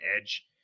edge